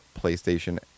PlayStation